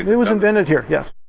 it was invented here, yes.